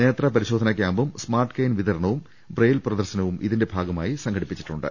നേത്രപരിശോധനാ ക്യാമ്പും smart cane വിതരണവും Braille പ്രദർശനവും ഇതിന്റെ ഭാഗമായി സംഘടിപ്പിച്ചിട്ടുണ്ട്